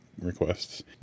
requests